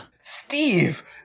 Steve